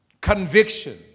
Conviction